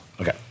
Okay